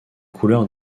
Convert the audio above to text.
couleurs